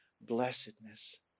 blessedness